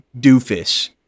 doofus